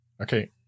Okay